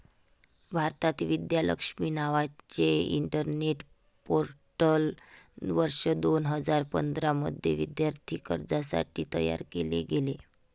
भारतात, विद्या लक्ष्मी नावाचे internet portal वर्ष दोन हजार पंधरा मध्ये विद्यार्थी कर्जासाठी तयार केले गेले